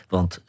Want